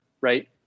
right